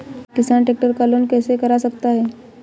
किसान ट्रैक्टर का लोन कैसे करा सकता है?